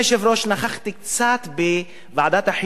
נכחתי קצת בוועדת החינוך,